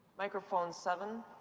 microphone seven.